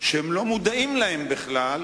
שהם לא מודעים להם בכלל,